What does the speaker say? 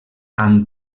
amb